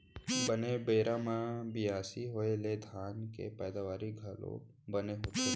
बने बेरा के बियासी होय ले धान के पैदावारी घलौ बने होथे